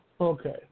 Okay